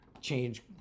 change